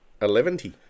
Eleventy